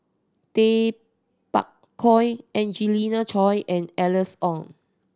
Tay Bak Koi Angelina Choy and Alice Ong